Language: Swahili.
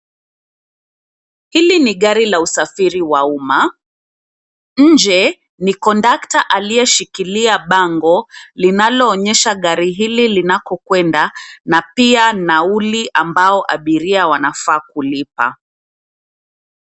Hili ni gari la usafiri wa umma. Nje ni kondakta aliyeshikilia bango linaloonysha gari hili linakokwenda na pia nauli ambao abiria wanafaa kulipa.